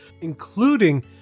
including